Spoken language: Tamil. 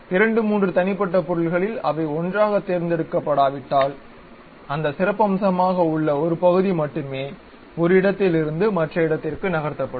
இரண்டு மூன்று தனிப்பட்ட பொருள்களில் அவை ஒன்றாகத் தேர்ந்தெடுக்கப்படாவிட்டால் அந்த சிறப்பம்சமாக உள்ள ஒரு பகுதி மட்டுமே ஒரு இடத்திலிருந்து மற்ற இடத்திற்கு நகர்த்தப்படும்